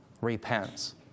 repents